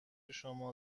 شما